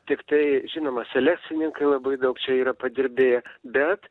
tiktai žinoma selekcininkai labai daug čia yra padirbėję bet